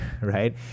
right